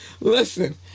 listen